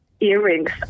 Earrings